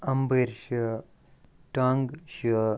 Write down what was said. اَمبٕرۍ چھِ ٹنٛگ چھِ